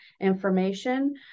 information